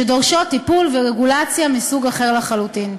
שדורשות טיפול ורגולציה מסוג אחר לחלוטין.